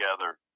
together